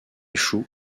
échoue